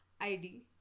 ID